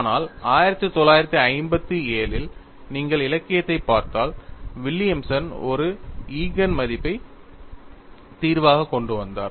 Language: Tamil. ஆனால் 1957 இல் நீங்கள் இலக்கியத்தைப் பார்த்தால் வில்லியம்ஸ் ஒரு ஈஜென் மதிப்பு தீர்வைக் கொண்டு வந்தார்